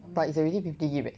but it's already fifty gib eh